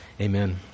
Amen